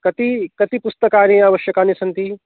कति कति पुस्तकानि आवश्यकानि सन्ति